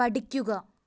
പഠിക്കുക